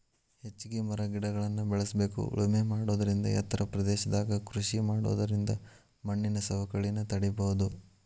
ಹೆಚ್ಚಿಗಿ ಮರಗಿಡಗಳ್ನ ಬೇಳಸ್ಬೇಕು ಉಳಮೆ ಮಾಡೋದರಿಂದ ಎತ್ತರ ಪ್ರದೇಶದಾಗ ಕೃಷಿ ಮಾಡೋದರಿಂದ ಮಣ್ಣಿನ ಸವಕಳಿನ ತಡೇಬೋದು